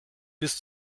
bis